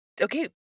okay